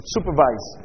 Supervise